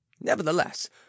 nevertheless